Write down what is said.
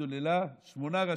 אלחמדולילה, שמונה ראשים.